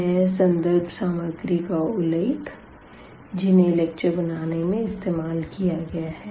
यह संदर्भ सामग्री का उल्लेख है जिन्हें लेक्चर बनाने में इस्तेमाल किया गया है